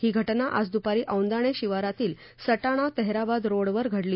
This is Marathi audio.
ही घटना आज दुपारी औंदाणे शिवारातील सटाणा तहाराबाद रोडवर घडली